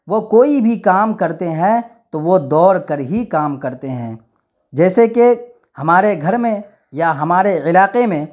وہ کوئی بھی کام کرتے ہیں تو وہ دوڑ کر ہی کام کرتے ہیں جیسے کہ ہمارے گھر میں یا ہمارے علاقے میں